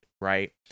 right